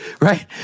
right